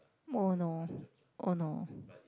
oh no oh no